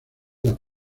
las